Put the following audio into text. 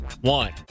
one